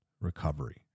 recovery